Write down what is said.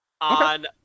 On